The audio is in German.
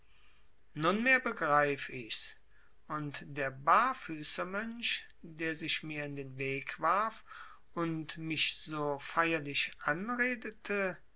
nunmehr begreif ichs und der barfüßermönch der sich mir in den weg warf und mich so feierlich anredete